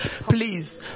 please